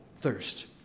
thirst